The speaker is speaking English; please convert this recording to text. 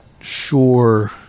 sure